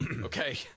Okay